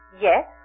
Yes